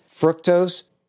fructose